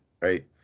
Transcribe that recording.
right